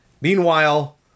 Meanwhile